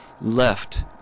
left